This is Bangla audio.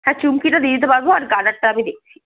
হ্যাঁ চুমকিটা দিয়ে দিতে পারবো আর গার্ডারটা আমি দেখছি